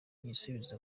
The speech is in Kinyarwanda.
igisubizo